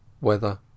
Weather